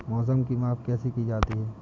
मौसम की माप कैसे की जाती है?